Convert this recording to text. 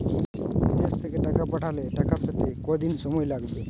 বিদেশ থেকে টাকা পাঠালে টাকা পেতে কদিন সময় লাগবে?